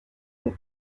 fond